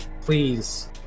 please